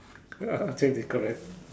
ya correct